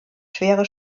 schwere